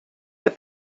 with